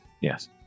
Yes